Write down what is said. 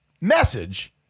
message